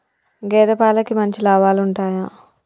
గేదే పాలకి మంచి లాభాలు ఉంటయా?